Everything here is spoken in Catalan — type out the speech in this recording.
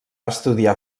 estudiar